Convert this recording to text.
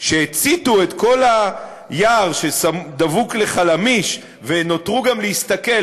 שהציתו את כל היער שדבוק לחלמיש ונותרו גם להסתכל,